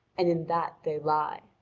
and in that they lie.